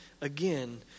again